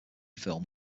film